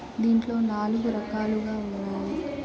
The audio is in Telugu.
దీంట్లో నాలుగు రకాలుగా ఉన్నాయి